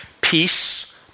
peace